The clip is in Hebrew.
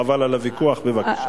חבל על הוויכוח, בבקשה.